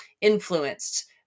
influenced